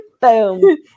Boom